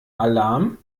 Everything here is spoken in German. alarm